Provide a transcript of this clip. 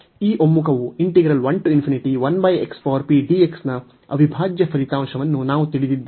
ಈ ಒಮ್ಮುಖವು ನ ಅವಿಭಾಜ್ಯ ಫಲಿತಾಂಶವನ್ನು ನಾವು ತಿಳಿದಿದ್ದೇವೆ